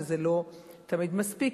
זה לא תמיד מספיק,